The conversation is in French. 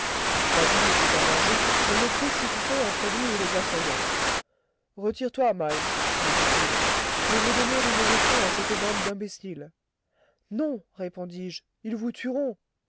sa vie était en danger je me précipitai entre lui et les assaillants retire-toi mike me dit-il je veux donner une leçon à cette bande d'imbéciles non répondis-je ils vous tueront